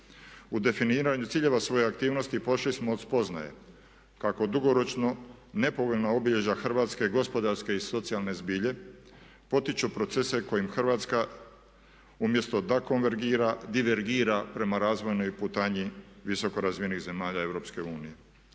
U definiranju ciljeva svoje aktivnost pošli smo od spoznaje kako dugoročno nepovoljna obilježja hrvatske gospodarske i socijalne zbilje potiču procese kojim Hrvatska umjesto da konvergira, divergira prema razvojnoj putanji visoko razvijenih zemalja